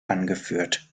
angeführt